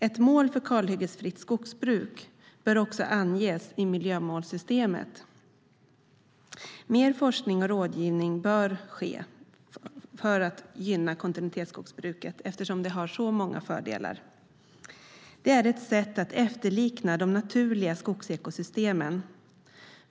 Ett mål för kalhyggesfritt skogsbruk bör också anges i miljömålssystemet. Mer forskning och rådgivning bör ske för att gynna kontinuitetsskogsbruket eftersom det har så många fördelar. Det är ett sätt att efterlikna de naturliga skogsekosystemen.